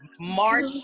March